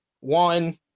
one